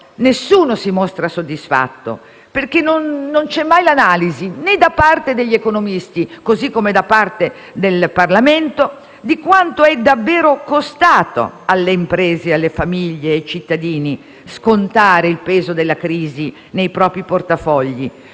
nessuno si mostra soddisfatto, perché non c'è mai l'analisi, né da parte degli economisti così come da parte del Parlamento, di quanto sia davvero costato alle imprese, alle famiglie e ai cittadini scontare il peso della crisi nei propri portafogli,